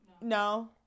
no